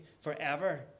forever